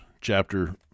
chapter